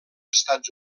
estats